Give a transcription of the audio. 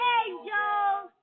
angels